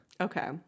okay